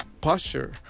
posture